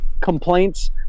complaints